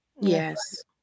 Yes